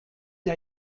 der